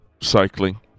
cycling